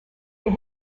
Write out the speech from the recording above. they